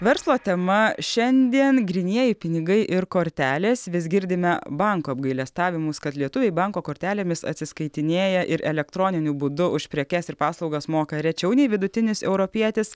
verslo tema šiandien grynieji pinigai ir kortelės vis girdime banko apgailestavimus kad lietuviai banko kortelėmis atsiskaitinėja ir elektroniniu būdu už prekes ir paslaugas moka rečiau nei vidutinis europietis